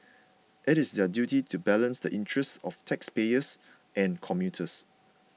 it is their duty to balance the interests of taxpayers and commuters